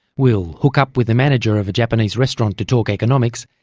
will hook up with the manager of a japanese restaurant to talk economics,